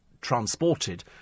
transported